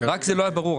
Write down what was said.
זה לא היה ברור.